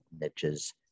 niches